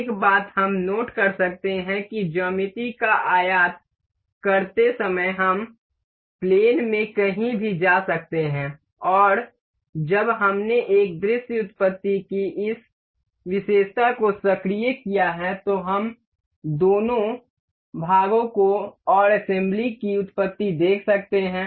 एक बात हम नोट कर सकते हैं कि ज्यामिति का आयात करते समय हम प्लेन में कहीं भी जा सकते हैं और जब हमने एक दृश्य उत्पत्ति की इस विशेषता को सक्रिय किया है तो हम दोनों भागों और असेम्ब्ली की उत्पत्ति देख सकते हैं